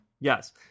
Yes